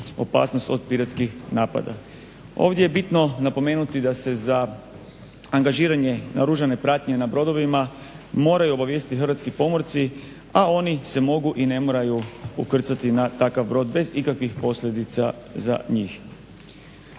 opasnost od piratskih napada. Ovdje je bitno napomenuti da se za angažiranje naoružane pratnje na brodovima moraju obavijestiti hrvatski pomorci, a oni se mogu i ne moraju ukrcati na takav brod bez ikakvih posljedica za njih.